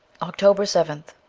october seventh